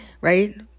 right